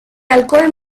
alcohol